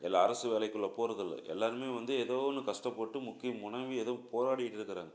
எல்லா அரசு வேலைக்குள்ளே போகிறதில்ல எல்லோருமே வந்து ஏதோ ஒன்று கஷ்டப்பட்டு முக்கி முனகி எதுவும் போராடிட்டு இருக்கிறாங்க